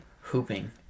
Hooping